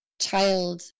child